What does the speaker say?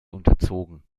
unterzogen